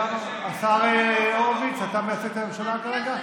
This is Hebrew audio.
השר הורוביץ, אתה מייצג את הממשלה כרגע?